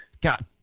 God